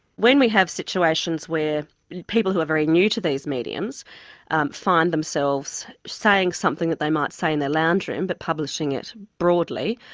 when we have situations where people who are very new to these mediums find themselves saying something that they might say in their lounge room but publishing it broadly,